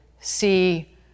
see